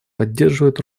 поддерживает